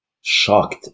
shocked